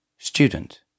Student